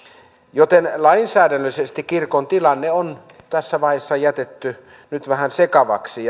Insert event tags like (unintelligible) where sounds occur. joten lainsäädännöllisesti kirkon tilanne on tässä vaiheessa jätetty nyt vähän sekavaksi (unintelligible)